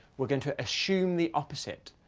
we're going to assume the opposite.